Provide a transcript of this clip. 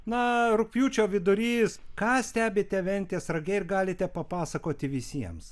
na rugpjūčio vidurys ką stebite ventės rage ir galite papasakoti visiems